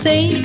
Say